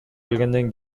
келгенден